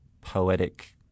poetic